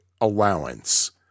allowance